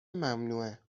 ممنوعه